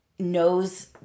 knows